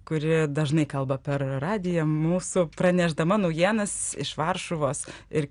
kuri dažnai kalba per radiją mūsų pranešdama naujienas iš varšuvos ir